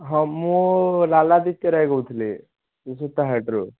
ହଁ ମୁଁ ଲାଲାଦିତ୍ୟ ରାଏ କହୁଥିଲି ଏଇ ସୂତାହାଟରୁ